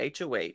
HOH